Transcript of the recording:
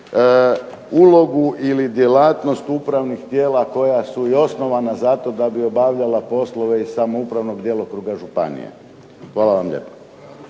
ulogu ili djelatnost upravnih tijela koja su i osnovana zato da bi obavljala poslove iz samoupravnog djelokruga županije. Hvala vam lijepo.